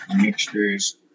mixtures